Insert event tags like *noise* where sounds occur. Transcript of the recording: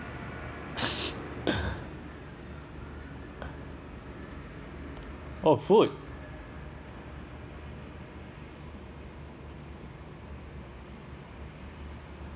*noise* oh food